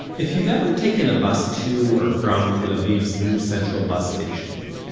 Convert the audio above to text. if you've ever taken a bus to or from tel aviv's new central bus station,